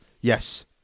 Yes